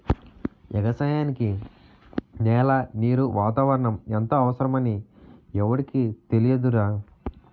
ఎగసాయానికి నేల, నీరు, వాతావరణం ఎంతో అవసరమని ఎవుడికి తెలియదురా